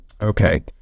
Okay